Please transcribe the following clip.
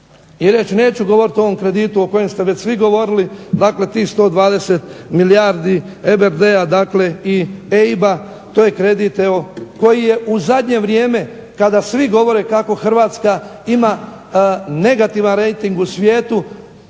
i reći neću govoriti o ovom kreditu o kojem ste već svi govorili , dakle tih 120 milijardi EBRD-a dakle i EIB-a to je kredit evo koji je u zadnje vrijeme kako Hrvatska ima negativan rejting u svijetu,